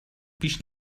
پیش